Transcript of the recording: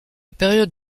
période